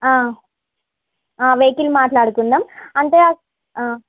vehicle మాట్లాడుకుందాం అంటే